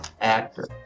actor